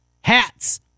hats